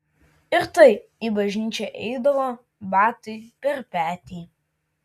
ir tai į bažnyčią eidavo batai per petį